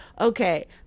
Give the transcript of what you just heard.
Okay